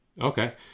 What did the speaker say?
Okay